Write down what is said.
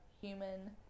human